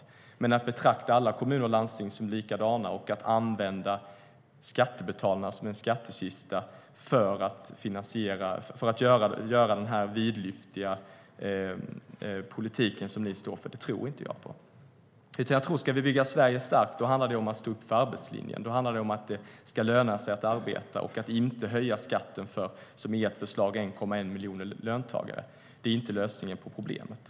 Men jag tror inte på att betrakta alla kommuner och landsting som likadana och att använda skattebetalarna som en skattekista för att föra den vidlyftiga politik som ni står för. Om vi ska bygga Sverige starkt handlar det om att stå upp för arbetslinjen. Då handlar det om att det ska löna sig att arbeta och att inte höja skatten för 1,1 miljoner löntagare, som i ert förslag. Det är inte lösningen på problemet.